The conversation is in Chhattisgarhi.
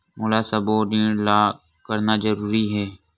मोला सबो ऋण ला करना जरूरी हे?